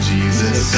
Jesus